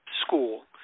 school